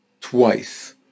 twice